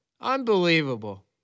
Unbelievable